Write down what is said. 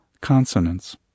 consonants